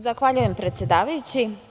Zahvaljujem, predsedavajući.